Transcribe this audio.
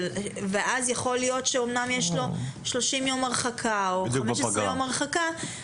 ואז יכול להיות שאומנם יש לו 30 יום הרחקה או 15 יום הרחקה,